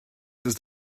ist